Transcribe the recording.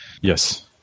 Yes